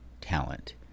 talent